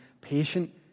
patient